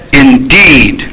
indeed